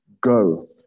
Go